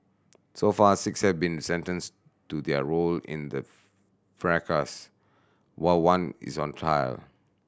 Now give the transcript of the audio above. so far six have been sentenced do their role in the fracas while one is on trial